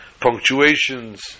punctuations